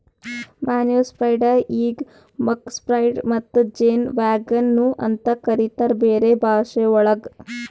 manure spreader ಈಗ್ muck spreader ಮತ್ತ ಜೇನ್ ವ್ಯಾಗನ್ ನು ಅಂತ ಕರಿತಾರ್ ಬೇರೆ ಭಾಷೆವಳಗ್